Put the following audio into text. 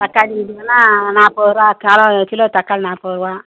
தக்காளி இதுங்கல்லாம் நாற்பது ரூபா கால் கிலோ தக்காளி நாற்பது ரூபா